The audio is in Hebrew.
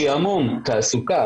שעמום, תעסוקה.